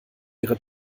ihre